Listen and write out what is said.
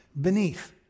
beneath